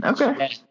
Okay